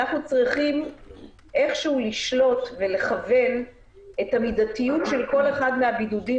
אנחנו צריכים איכשהו לשלוט ולכוון את המידתיות של כל אחד מהבידודים